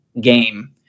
game